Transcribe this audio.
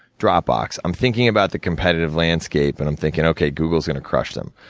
dropbox. i'm thinking about the competitive landscape, and i'm thinking, okay, google's gonna crush them.